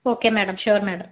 okay madam sure madam